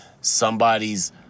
somebody's